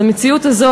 אז המציאות הזאת,